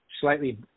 slightly